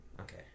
Okay